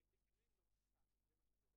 חייב לקבל טיפול מציעים לו.